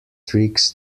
tricks